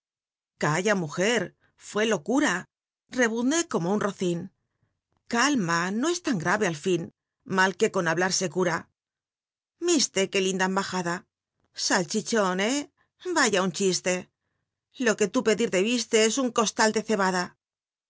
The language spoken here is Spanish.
calla mujer fué locura rebmné como un rocín calma no es tan grare al fin mal que con hablar se cura jl isté qué linda embajada salchichon eh vaya un chiste t o c re tía pedi r dobislc es nn coslal de cebada